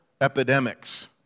epidemics